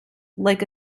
like